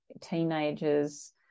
teenagers